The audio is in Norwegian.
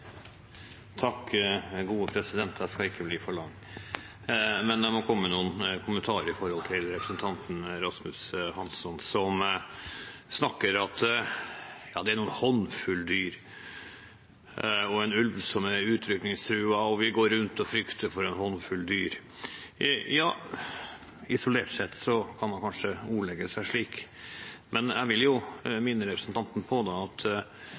Jeg skal ikke bli for lang, men jeg må komme med noen kommentarer til Rasmus Hansson, som snakker om at det er en «håndfull» dyr og en ulv som er utrydningsturet, og at vi går rundt og frykter for en «håndfull» dyr. Isolert sett kan man kanskje ordlegge seg slik, men jeg vil minne representanten på at i Vest-Europa er det